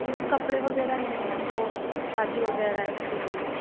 جیسے کپڑے وغیرہ لینے ہیں ہم کو شادی وغیرہ اس کے لیے